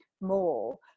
more